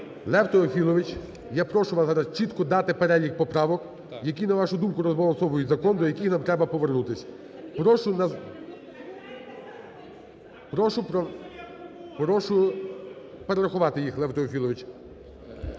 Лев Теофілович, я прошу вас зараз чітко дати перелік поправок, які, на вашу думку, розбалансовують закон, до яких нам треба повернутись. Прошу… Прошу перерахувати їх, Лев Теофілович.